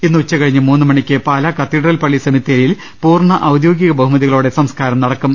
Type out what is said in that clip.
ഇന്ന് ഉച്ചകഴിഞ്ഞ് മൂന്ന് മണിക്ക് പാലാ കത്തീഡ്രൽ പള്ളി സെമിത്തേരിയിൽ പൂർണ ഔദ്യോഗിക ബഹുമതിക ളോടെ സംസ്കാരം നടക്കും